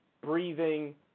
breathing